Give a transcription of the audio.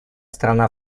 страна